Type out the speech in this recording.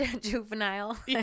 Juvenile